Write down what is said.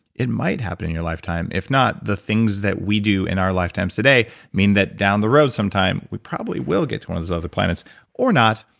it might happen in your lifetime if not the things that we do in our lifetimes today mean that down the road sometime we probably will get to one of those other planets or not,